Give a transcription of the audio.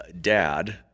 dad